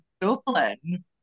Dublin